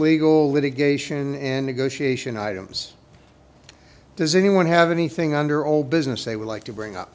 legal litigation and negotiation items does anyone have anything under old business they would like to bring up